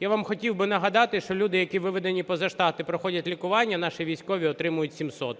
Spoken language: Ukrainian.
Я вам хотів би нагадати, що люди, які виведені поза штат і проходять лікування, наші військові отримують 700.